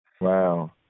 Wow